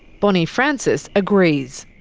bonny francis agrees.